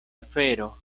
afero